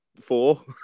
Four